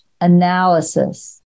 analysis